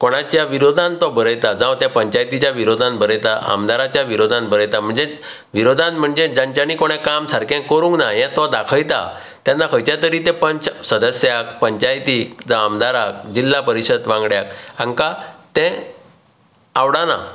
कोणाच्या विरोधान तो बरयता जावं त्या पंचायतीच्या विरोधांत बरयता आमदाराच्या विरोधान बरयता म्हणजे विरोधान म्हणजे जांच्यानी कोणी काम सारके करुंक ना हे तो दाखयता तेन्ना खंयच्या तरी ते पंच सदस्याक पंचायतीक जावं आमदाराक जिल्ला परीशद वांगड्याक हांका तें आवडाना